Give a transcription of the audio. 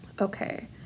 Okay